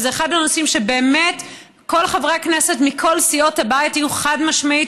וזה אחד הנושאים שבאמת כל חברי הכנסת מכל סיעות הבית היו חד-משמעית,